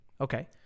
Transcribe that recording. Okay